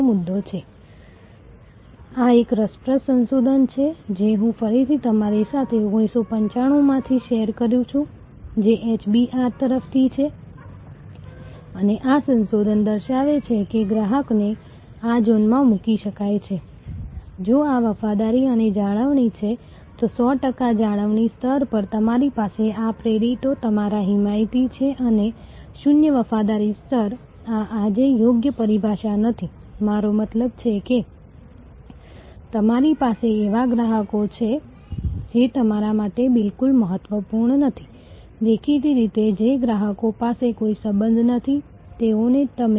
અને તેથી તે વ્યવસાય મુજબ તે યોગ્ય અભિગમ ન હોઈ શકે પરંતુ હું કહીશ કે આ ખાસ કરીને આ અપવાદો છે અને અમે આજના અતિ સ્પર્ધાત્મક સેવા વ્યવસાયોમાં આ અપવાદોને અવગણી શકીએ છીએ અને આ રેખાકૃતિ પર વધુ ધ્યાન કેન્દ્રિત કરી શકીએ છીએ કે ગ્રાહક લાંબા સમય સુધી તમારી સાથે રહે